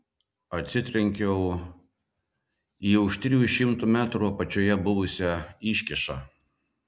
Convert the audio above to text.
atsitrenkiau į už trijų šimtų metrų apačioje buvusią iškyšą